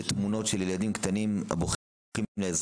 למראה תמונות של ילדים קטנים בוכים לעזרה.